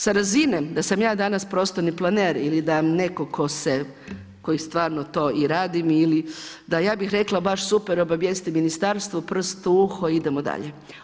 Sa razine da sam ja danas prostorni planer ili da netko tko se, koji stvarno to i radi ili da ja bih rekla baš super, obavijesti ministarstvo, prst u uho i idemo dalje.